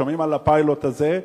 שומעים על הפיילוט הזה,